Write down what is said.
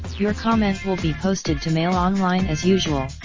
your comment will be posted to mailonline as usual.